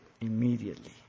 immediately